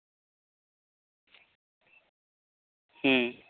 ᱦᱩᱸ